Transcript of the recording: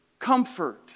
Comfort